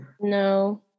No